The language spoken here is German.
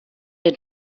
den